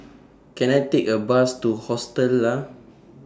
Can I Take A Bus to Hostel Lah